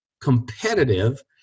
competitive